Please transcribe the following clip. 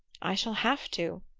i shall have to,